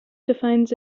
defines